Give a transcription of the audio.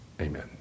Amen